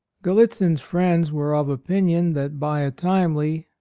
gallitzin's friends were of opinion that by a timely,